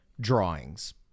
drawings